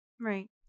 right